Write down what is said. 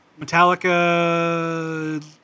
Metallica